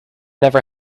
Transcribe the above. never